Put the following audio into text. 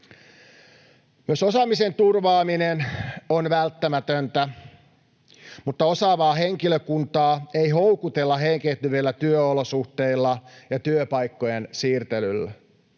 Myös osaamisen turvaaminen on välttämätöntä, mutta osaavaa henkilökuntaa ei houkutella heikentyneillä työolosuhteilla ja työpaikkojen siirtelyllä.